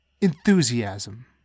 enthusiasm